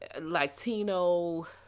Latino